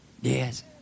Yes